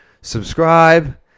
subscribe